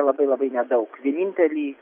labai labai nedaug vienintelį